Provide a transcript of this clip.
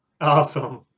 Awesome